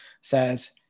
says